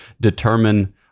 determine